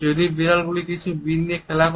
যদি বিড়ালগুলি কিছু বিন নিয়ে খেলা করে